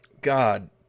God